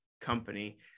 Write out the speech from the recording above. company